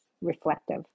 reflective